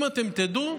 אם אתם תדעו,